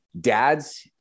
dads